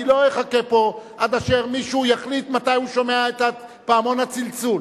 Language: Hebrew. אני לא אחכה פה עד אשר מישהו יחליט מתי הוא שומע את פעמון הצלצול.